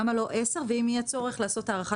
למה לא עשר ואם יהיה צורך לעשות הארכה?